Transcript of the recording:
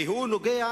והוא נוגע,